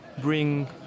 bring